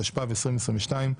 התשפ"ב-2022,